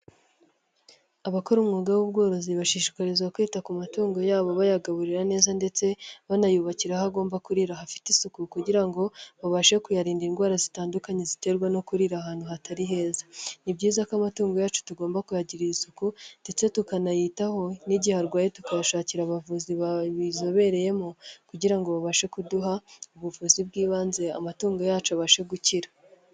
Abakora umwuga w'ubworozi, bashishikarizwa kwita ku matungo yabo bayagaburira neza ndetse banayubakira aho agomba kurira hafite isuku kugira ngo, babashe kuyarinda indwara zitandukanye ziterwa no kurira ahantu hatari heza. Ni byiza ko amatungo yacu tugomba kuyagirira isuku ndetse tukanayitaho n'igihe arwaye tukayashakira abavuzi babizobereyemo, kugira ngo babashe kuduha ubuvuzi bw'ibanze amatungo yacu abashe gukira.